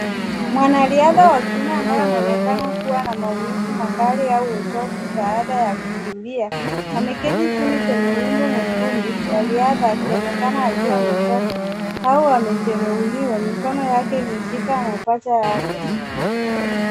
Mwanariadha wa kiume ambaye anaonekana kuwa na maumivu makali au uchovu baada ya kukimbia, ameketi chini kwenye wimbo mwekundu, wariadha akionekana akiwa amechoka au amejeruhiwa. Mikono yake imeshika mapaja yake.